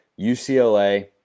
UCLA